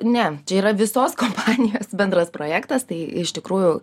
ne čia yra visos kompanijos bendras projektas tai iš tikrųjų